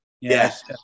Yes